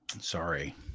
Sorry